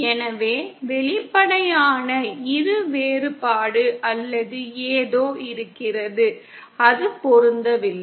எனவே வெளிப்படையான இரு வேறுபாடு ஏதோ இருக்கிறது அது பொருந்தவில்லை